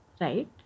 right